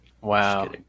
wow